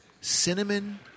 cinnamon